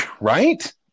Right